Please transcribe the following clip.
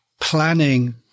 planning